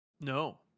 No